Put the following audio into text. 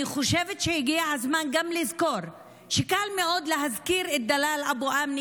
אני חושבת שהגיע הזמן גם לזכור שקל מאוד להזכיר את דלאל אבו אמנה,